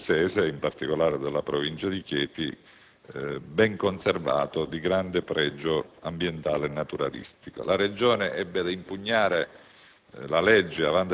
abruzzese, in particolare della Provincia di Chieti, ben conservato e di grande pregio ambientale e naturalistico. La Regione ebbe ad impugnare